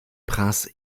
princes